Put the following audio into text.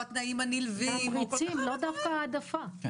או התנאים הנלווים או עוד כל כך הרבה דברים אפשריים.